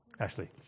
Ashley